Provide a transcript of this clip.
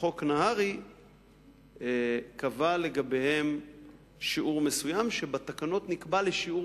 וחוק נהרי קבע לגביהן שיעור מסוים שבתקנות נקבע לשיעור